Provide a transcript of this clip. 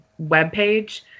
webpage